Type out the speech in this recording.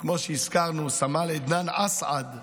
כמו שהזכרנו, סמל עדנאן אסעד,